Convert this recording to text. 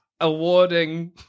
Awarding